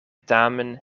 tamen